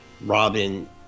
Robin